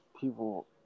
people